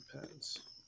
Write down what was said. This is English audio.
Depends